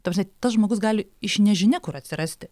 ta prasme tas žmogus gali iš nežinia kur atsirasti